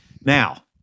Now